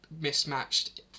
mismatched